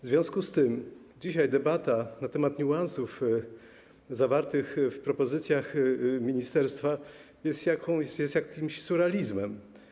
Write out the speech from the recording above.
W związku z tym dzisiaj debata na temat niuansów zawartych w propozycjach ministerstwa jest jakimś surrealizmem.